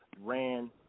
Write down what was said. ran